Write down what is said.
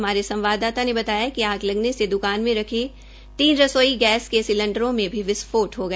हमारे संवाददाता ने बताया कि आग लगने से द्वकान में रखे तीन रसोई गैस के सिलेड़रों में भी विस्फोट हो गया